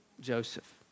Joseph